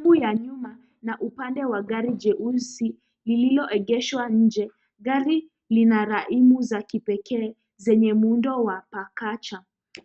Mguu ya nyuma na upande wa gari jeusi, lililoegeshwa nje. Gari lina laimu za kipekee zenye muundo wa pakaja.